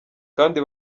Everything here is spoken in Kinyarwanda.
kandi